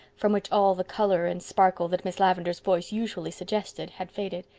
from which all the color and sparkle that miss lavendar's voice usually suggested had faded.